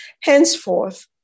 Henceforth